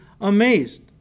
amazed